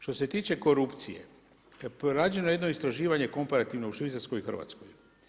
Što se tiče korupcije, rađeno je jedno istraživanje korporativno u Švicarskoj i Hrvatskoj.